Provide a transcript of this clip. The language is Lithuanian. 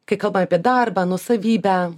kai kalbam apie darbą nuosavybę